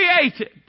created